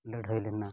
ᱞᱟᱹᱲᱦᱟᱹᱭ ᱞᱮᱱᱟ